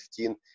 15